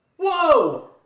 Whoa